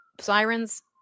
sirens